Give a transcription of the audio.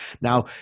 Now